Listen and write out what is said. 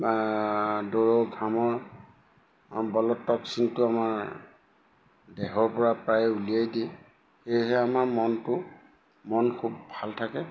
বা দৌৰৰ ঘামৰ বলত টক্চিনটো আমাৰ দেহৰ পৰা প্ৰায়ে উলিয়াই দিয়ে সেয়েহে আমাৰ মনটো মন খুব ভাল থাকে